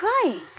crying